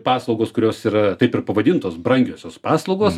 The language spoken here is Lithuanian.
paslaugos kurios yra taip ir pavadintos brangiosios paslaugos